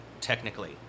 technically